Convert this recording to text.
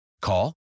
Call